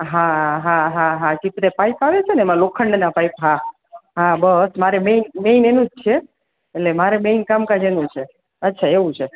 હા હા હા ચિત્રે પાઇપ આવે છેને એમા લોખંડના પાઇપ હા હા બસ મારે મેન મેન એનું જ છે એટલે મારે બેન કામ કાજ એનું છે અચ્છા એવું છે